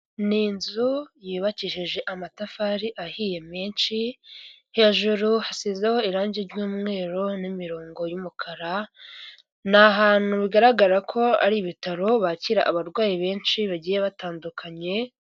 Ni inzu yubakishije amatafari ahiye menshi hejuru hasiho irangi ry'umweru n'imirongo y'umukara ni ahantu bigaragara ko ari ibitaro bakira abarwayi benshi bagiye batandukanye.